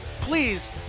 please